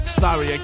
sorry